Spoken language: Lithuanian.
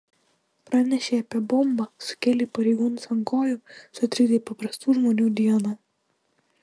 pranešei apie bombą sukėlei pareigūnus ant kojų sutrikdei paprastų žmonių dieną